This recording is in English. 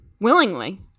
Willingly